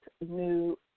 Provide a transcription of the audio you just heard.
new